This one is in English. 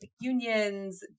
unions